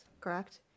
correct